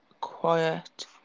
quiet